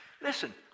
Listen